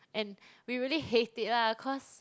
and we really hate it lah cause